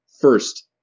first